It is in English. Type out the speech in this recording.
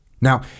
Now